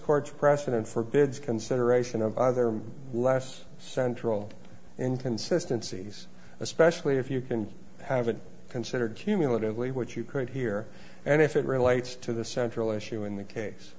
court's precedent forbids consideration of other less central in consistencies especially if you can haven't considered cumulatively what you could hear and if it relates to the central issue in the case